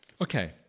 Okay